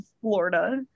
Florida